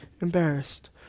embarrassed